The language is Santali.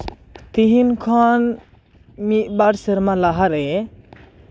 ᱛᱤᱦᱤᱧ ᱠᱷᱚᱱ ᱢᱤᱫ ᱵᱟᱨ ᱥᱮᱨᱢᱟ ᱞᱟᱦᱟᱨᱮ